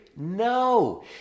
No